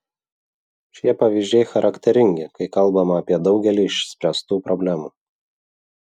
šie pavyzdžiai charakteringi kai kalbama apie daugelį išspręstų problemų